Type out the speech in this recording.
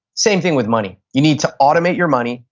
same thing with money. you need to automate your money,